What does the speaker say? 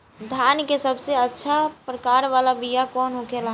धान के सबसे अच्छा प्रकार वाला बीया कौन होखेला?